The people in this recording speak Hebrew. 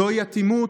זוהי אטימות,